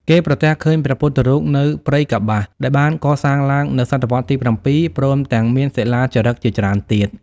គេប្រទះឃើញ ព្រះពុទ្ធរូបនៅព្រៃកប្បាស ដែលបានកសាងឡើងនៅស.វ.ទី ៧ ព្រមទាំងមាន សិលាចារឹកជាច្រើនទៀត ។